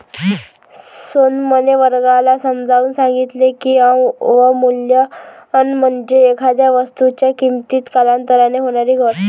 सोनमने वर्गाला समजावून सांगितले की, अवमूल्यन म्हणजे एखाद्या वस्तूच्या किमतीत कालांतराने होणारी घट